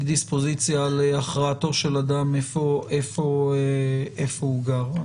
דיספוזיציה להכרעתו של אדם איפה הוא גר.